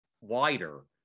wider